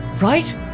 Right